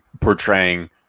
portraying